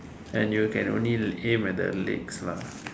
and you can only aim at the legs lah